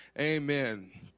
amen